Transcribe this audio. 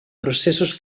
processos